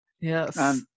Yes